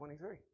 23